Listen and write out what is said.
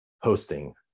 hosting